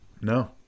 No